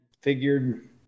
figured